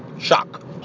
Shock